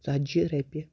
ژَتجی رۅپیہِ